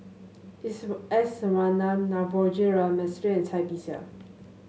S Iswaran Navroji R Mistri and Cai Bixia